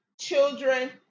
children